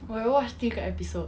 oh I watch 第一个 episode